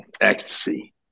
Ecstasy